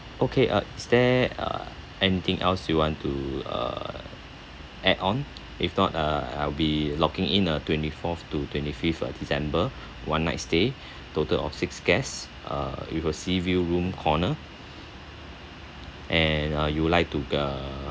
okay uh is there uh anything else you want to err add on if not uh I'll be locking in a twenty fourth to twenty fifth uh december one night stay total of six guests uh with a sea view room corner and uh you would like to err